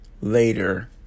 later